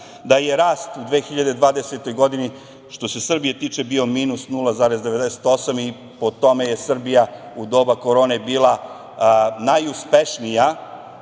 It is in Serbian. Da je rast u 2020. godini, što se Srbije tiče bio minus 0,98 i po tome je Srbija u doba korone je bila najuspešnija,